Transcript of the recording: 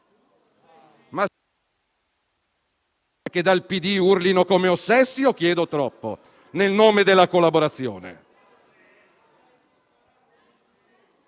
Dal PD urlano come ossessi: chiedo troppo, nel nome della collaborazione?